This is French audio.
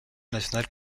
nationales